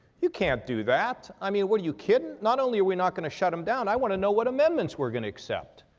you can't do that. i mean, what are you kidding? not only are we not going to shut them down, i want to know what amendments we're going to accept.